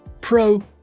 Pro